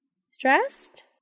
stressed